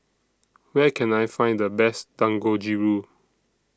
Where Can I Find The Best Dangojiru